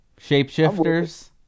shapeshifters